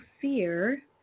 fear